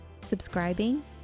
subscribing